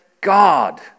God